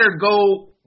go